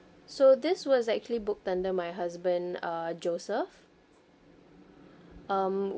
so this was actually booked under my husband uh joseph um